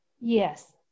Yes